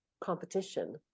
competition